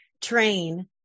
train